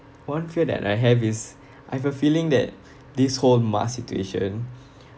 one fear that I have is I've a feeling that this whole mask situation